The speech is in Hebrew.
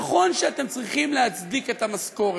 נכון שאתם צריכים להצדיק את המשכורת,